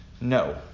no